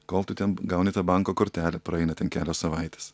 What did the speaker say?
kol tu ten gauni tą banko kortelę praeina ten kelios savaitės